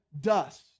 dust